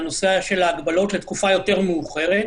לנושא של ההגבלות לתקופה יותר מאוחרת,